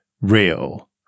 real